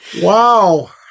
Wow